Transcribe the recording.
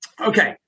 Okay